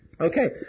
Okay